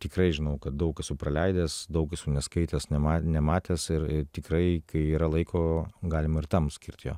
tikrai žinau kad daug esu praleidęs daug esu neskaitęs nema nematęs tikrai kai yra laiko galima ir tam skirt jo